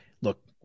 look